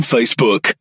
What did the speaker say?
Facebook